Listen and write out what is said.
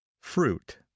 fruit